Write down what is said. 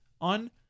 on